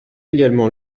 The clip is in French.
également